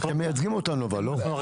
אתם מייצגים אותנו אבל, לא?